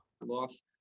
lost